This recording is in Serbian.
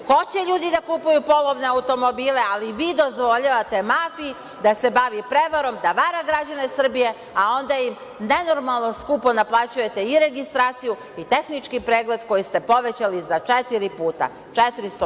Hoće ljudi da kupuju polovne automobile, ali vi dozvoljavate mafiji da se bavi prevarom, da vara građane Srbije, a onda im nenormalno skupo naplaćujete i registraciju i tehnički pregled koji ste povećali za četiri puta, 400%